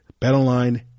BetOnline